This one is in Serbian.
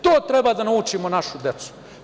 To treba da naučimo našu decu.